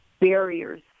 barriers